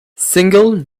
single